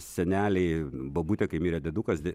seneliai bobutė kai mirė diedukas